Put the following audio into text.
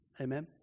Amen